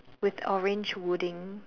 with orange wooding